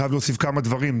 אני חייב להוסיף כמה דברים.